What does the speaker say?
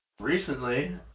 Recently